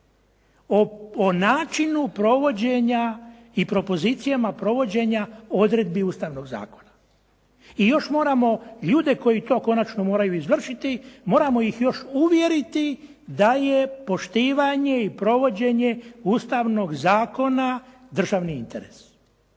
o načinu provođenja i propozicijama provođenja odredbi ustavnoga zakona. I još moramo ljude koji to konačno moraju izvršiti, moramo ih još uvjeriti da je poštivanje i provođenje ustavnog zakona državni interes.